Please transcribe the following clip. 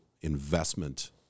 investment